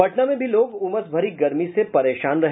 पटना में भी लोग उमस भरी गर्मी से परेशान रहे